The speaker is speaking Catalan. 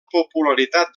popularitat